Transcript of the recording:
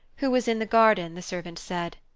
who was in the garden, the servant said.